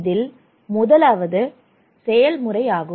இதில் முதலாவது செயல்முறை ஆகும்